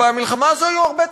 ובמלחמה הזאת היו הרבה טרגדיות,